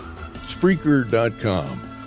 Spreaker.com